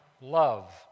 love